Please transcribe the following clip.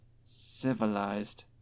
civilized